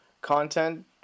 content